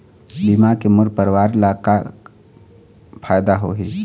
बीमा के मोर परवार ला का फायदा होही?